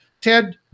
Ted